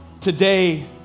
Today